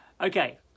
Okay